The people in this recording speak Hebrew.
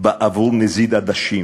בעבור נזיד עדשים,